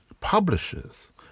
publishers